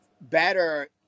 better